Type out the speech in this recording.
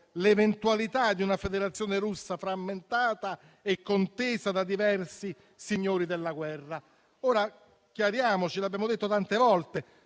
l'eventualità di una Federazione Russa frammentata e contesa da diversi signori della guerra. Chiariamoci, l'abbiamo detto tante volte: